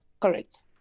Correct